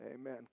Amen